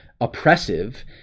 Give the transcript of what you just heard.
oppressive